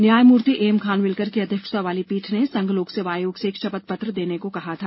न्यायमूर्ति A M Khanwilkar की अध्यक्षता वाली पीठ ने संघ लोक सेवा आयोग से एक शपथपत्र देने को कहा था